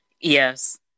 Yes